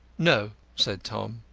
no, said tom,